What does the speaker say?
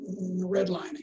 redlining